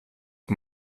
von